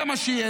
זה מה שיהיה.